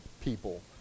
people